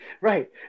right